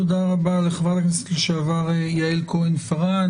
תודה רבה לחברת הכנסת לשעבר יעל כהן-פארן,